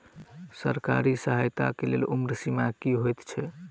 सरकारी सहायता केँ लेल उम्र सीमा की हएत छई?